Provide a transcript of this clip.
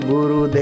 Guru